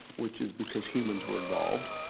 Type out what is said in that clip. which is because humans were involved.